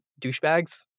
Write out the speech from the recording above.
douchebags